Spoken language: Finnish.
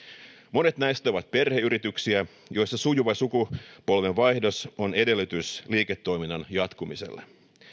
monet näistä ovat perheyrityksiä joissa sujuva sukupolvenvaihdos on edellytys liiketoiminnan jatkumiselle